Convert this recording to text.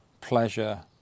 pleasure